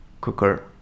cooker